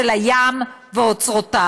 של הים ואוצרותיו.